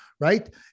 right